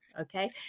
okay